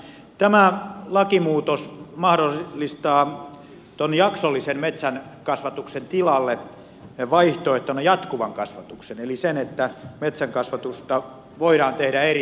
tämä lakimuutos mahdollistaa jaksollisen metsänkasvatuksen tilalle vaihtoehtona jatkuvan kasvatuksen eli sen että metsänkasvatusta voidaan tehdä eri ikärakenteissa